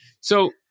So-